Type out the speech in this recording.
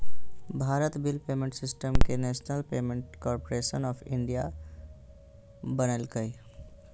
Bharat bill payment system के national payments corporation of India बनैल्कैय